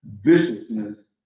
Viciousness